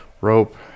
rope